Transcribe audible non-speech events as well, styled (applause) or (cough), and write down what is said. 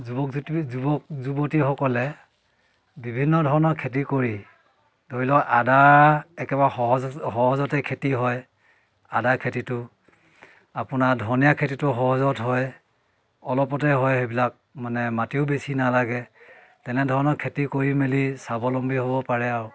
যুৱক (unintelligible) যুৱক যুৱতীসকলে বিভিন্ন ধৰণৰ খেতি কৰি ধৰি লওক আদা একেবাৰে সহজতে সহজতে খেতি হয় আদা খেতিটো আপোনাৰ ধনীয়া খেতিটো সহজত হয় অলপতে হয় সেইবিলাক মানে মাটিও বেছি নালাগে তেনেধৰণৰ খেতি কৰি মেলি স্বাৱলম্বী হ'ব পাৰে আৰু